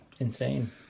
Insane